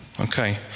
Okay